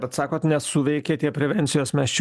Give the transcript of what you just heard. bet sakot nesuveikė tie prevencijos mes čia